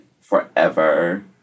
forever